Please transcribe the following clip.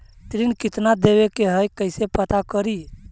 ऋण कितना देवे के है कैसे पता करी?